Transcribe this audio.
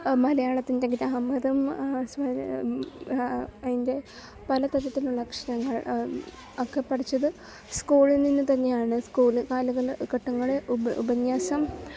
മലയാളത്തിൻ്റെ ഗ്രാമറും അതിൻ്റെ പല തരത്തിലുള്ള അക്ഷരങ്ങൾ ഒക്കെ പഠിച്ചത് സ്കൂളിൽ നിന്ന് തന്നെയാണ് സ്കൂള് കാല ഘട്ടങ്ങൾ ഉപന്യാസം